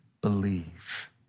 believe